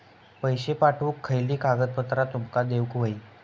पैशे पाठवुक खयली कागदपत्रा तुमका देऊक व्हयी?